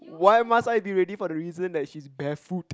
why must I be ready for the reason that she's barefoot